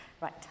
Right